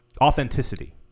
authenticity